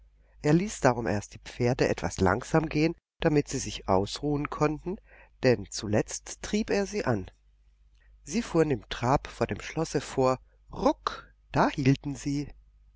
er ließ darum erst die pferde etwas langsam gehen damit sie sich ausruhen konnten dann zuletzt trieb er sie an sie fuhren im trab vor dem schlosse vor ruck da hielten sie